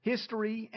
history